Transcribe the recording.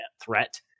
threat